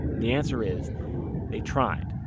the answer is they've tried,